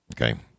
Okay